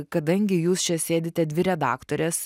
kadangi jūs čia sėdite dvi redaktorės